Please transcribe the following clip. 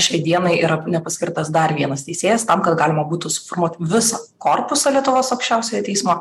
šiai dienai yra nepaskirtas dar vienas teisėjas tam kad galima būtų suformuoti visą korpusą lietuvos aukščiausiojo teismo